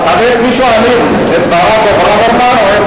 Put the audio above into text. תלוי את מי שואלים, את ברק או ברוורמן, או,